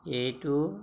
এইটো